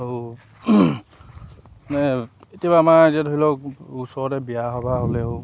আৰু মানে কেতিয়াবা আমাৰ এতিয়া ধৰি লওক ওচৰতে বিয়া সবাহ হ'লেও